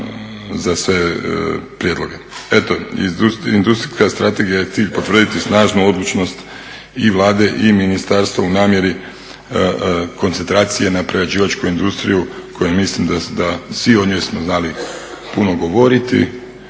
za sve prijedloge. Eto, industrijska strategija je cilj, potvrditi snažnu odlučnost i Vlade i ministarstva u namjeri koncentracije na prerađivačku industriju … mislim, svi o njoj smo znali puno govoriti